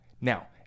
Now